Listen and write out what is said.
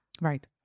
Right